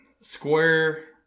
square